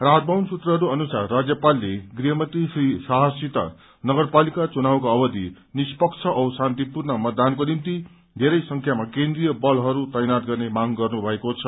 राजभवन सूत्रहरू अनुसार राज्यपालले गृहमन्त्री श्री शाहसित नगरपालिका चुनावको अवधि निष्पक्ष औ शान्तिपूर्ण मतदानको निम्ति धेरै संख्यामा केन्द्रिय बलहरू तैनात गर्ने मांग गर्नु भएको छ